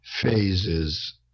phases